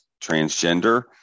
transgender